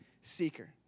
seeker